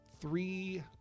three